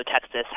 Texas